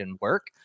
work